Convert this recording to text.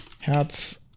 Herz